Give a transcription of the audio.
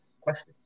question